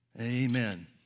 Amen